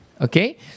okay